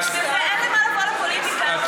אין למה לבוא לפוליטיקה אם אתה לא מסוגל להצביע,